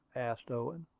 asked owen.